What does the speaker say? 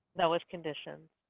that was conditions.